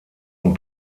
und